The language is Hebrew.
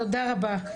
תודה רבה.